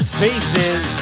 Spaces